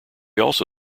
also